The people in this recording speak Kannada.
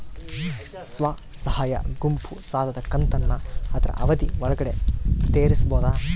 ಸ್ವಸಹಾಯ ಗುಂಪು ಸಾಲದ ಕಂತನ್ನ ಆದ್ರ ಅವಧಿ ಒಳ್ಗಡೆ ತೇರಿಸಬೋದ?